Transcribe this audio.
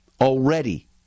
already